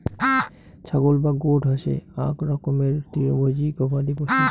ছাগল বা গোট হসে আক রকমের তৃণভোজী গবাদি পশু